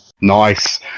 Nice